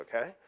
okay